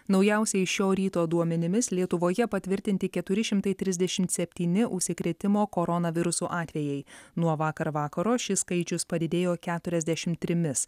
naujausiais šio ryto duomenimis lietuvoje patvirtinti keturi šimtai trisdešimt septyni užsikrėtimo koronavirusu atvejai nuo vakar vakaro šis skaičius padidėjo keturiasdešimt trimis